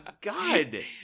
God